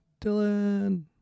Dylan